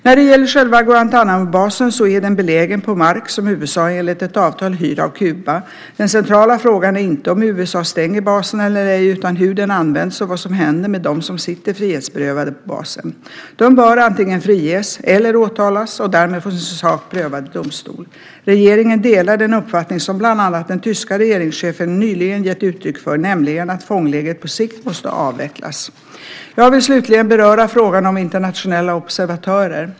När det gäller själva Guantánamobasen så är den belägen på mark som USA enligt ett avtal hyr av Kuba. Den centrala frågan är inte om USA stänger basen eller ej, utan hur den används och vad som händer med dem som sitter frihetsberövade på basen. De bör antingen friges eller åtalas och därmed få sin sak prövad i domstol. Regeringen delar den uppfattning som bland annat den tyska regeringschefen nyligen gett uttryck för, nämligen att fånglägret på sikt måste avvecklas. Jag vill slutligen beröra frågan om internationella observatörer.